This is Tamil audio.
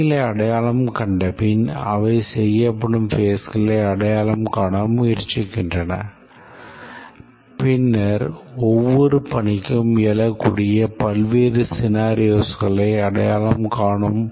பணிகளை அடையாளம் கண்டபின் அவை செய்யப்படும் phase களை அடையாளம் காண முயற்சிக்கின்றன பின்னர் ஒவ்வொரு பணிக்கும் எழக்கூடிய பல்வேறு scenarios களை அடையாளம் காணும்